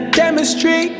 Chemistry